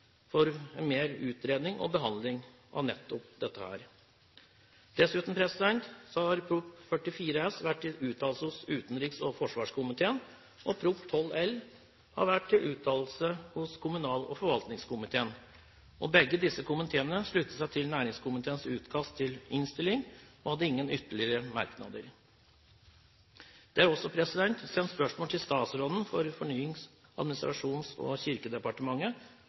for mer utredning og behandling av nettopp dette. Dessuten har Prop. 44 S vært til uttalelse hos utenriks- og forsvarskomiteen, og Prop. 12 L har vært til uttalelse hos kommunal- og forvaltningskomiteen, og begge disse komiteene sluttet seg til næringskomiteens utkast til innstilling og hadde ingen ytterligere merknader. Det er også sendt spørsmål til statsråden for Fornyings-, administrasjons- og kirkedepartementet